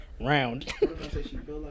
Round